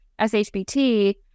SHBT